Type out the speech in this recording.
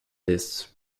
lists